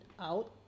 out